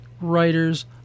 writers